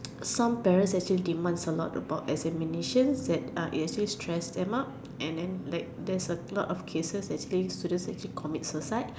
some parents actually demands a lot about examinations that it actually stress them out and then like there's a lot of cases actually where students commit suicide